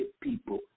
people